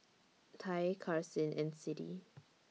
Ty Karsyn and Siddie